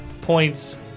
points